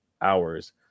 hours